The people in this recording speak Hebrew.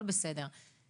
בסדר.